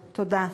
תודה.